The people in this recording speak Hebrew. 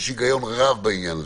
יש היגיון רב בעניין הזה.